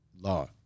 law